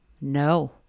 no